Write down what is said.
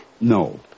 No